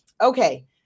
Okay